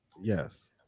Yes